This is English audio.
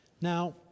Now